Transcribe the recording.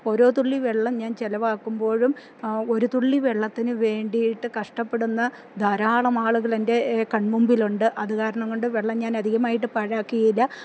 ഓരോ തുള്ളി വെള്ളം ഞാൻ ചെലവാക്കുമ്പോഴും ഒരു തുള്ളി വെള്ളത്തിനു വേണ്ടിയിട്ട് കഷ്ടപ്പെടുന്ന ധാരാളം ആളുകളെൻ്റെ കൺമുമ്പിലുണ്ട് അതു കാരണം കൊണ്ട് വെള്ളം ഞാൻ അധികമായിട്ട് പാഴാക്കുകയീല്ല